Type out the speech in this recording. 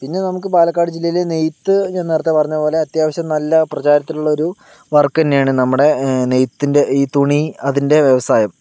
പിന്നെ നമുക്ക് പാലക്കാട് ജില്ലയിൽ നെയ്ത്ത് ഞാൻ നേരത്തെ പറഞ്ഞപോലെ അത്യാവശ്യം നല്ല പ്രചാരത്തിൽ ഉള്ള ഒരു വർക്ക് തന്നെയാണ് നമ്മുടെ നെയ്ത്തിന്റെ തുണി അതിൻ്റെ വ്യവസായം